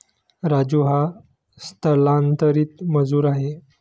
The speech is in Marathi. राजू हा स्थलांतरित मजूर आहे